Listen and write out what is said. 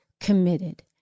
committed